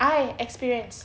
I experience